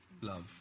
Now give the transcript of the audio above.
Love